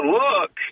look